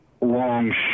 long